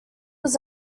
was